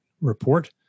report